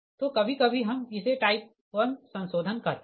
तो कभी कभी हम इसे टाइप 1 संशोधन कहते है